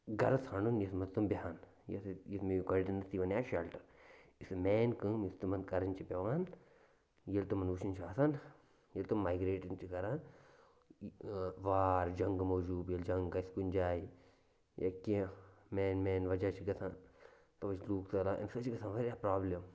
گَرٕ ژھانٛڈُن یَتھ منٛز تِم بیٚہَن یَتھ یُس مےٚ یہِ گۄڈٕنٮ۪تھٕے وَنہِ ہا شَلٹَر یُس نہٕ مین کٲم یُس تِمَن کَرٕنۍ چھِ پٮ۪وان ییٚلہِ تِمَن وٕچھُن چھُ آسان ییٚلہِ تِم مایگریٹِنٛگ چھِ کَران وار جنٛگہٕ موٗجوٗب ییٚلہِ جنٛگ گژھِ کُنہِ جایہِ یا کینٛہہ مین مین وَجہ چھِ گژھان تَوَے چھِ لوٗکھ ژَلان اَمہِ سۭتۍ چھِ گژھان واریاہ پرٛابلِم